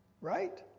right